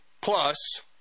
plus